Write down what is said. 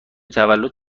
تولدت